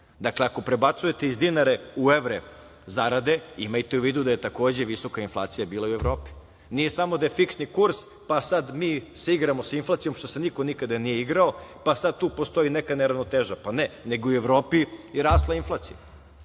Dakle, ako prebacujete iz dinara u evre zarade, imajte u vidu da je takođe visoka inflacija bila i u Evropi. Nije samo da je fiksni kurs, pa sad mi se igramo sa inflacijom što se nikada niko nije igrao, pa, sad tu postoji nekakva neravnoteža. Ne, nego i u Evropi je rasla inflacija.